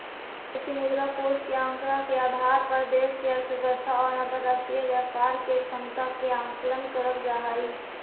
विदेशी मुद्रा कोष के आंकड़ा के आधार पर देश के अर्थव्यवस्था और अंतरराष्ट्रीय व्यापार के क्षमता के आकलन करल जा हई